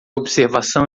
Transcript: observação